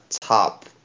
top